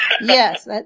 Yes